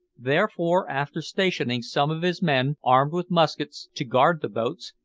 therefore, after stationing some of his men, armed with muskets, to guard the boats,